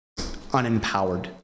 unempowered